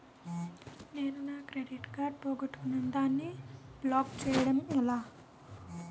నేను నా credit card పోగొట్టుకున్నాను దానిని బ్లాక్ చేయడం ఎలా?